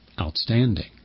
outstanding